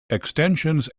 extensions